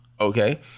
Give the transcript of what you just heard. okay